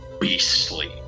beastly